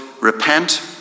repent